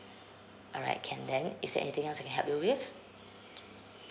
alright can then is there anything else I can help you with